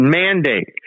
mandate